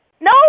No